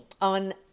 on